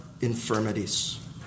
infirmities